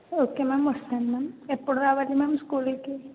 okay ma'am వస్తాను ma'am ఎప్పుడు రావాలి మ్యామ్ స్కూల్కి